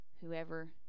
whoever